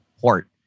port